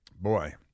Boy